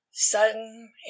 Sudden